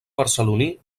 barceloní